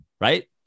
right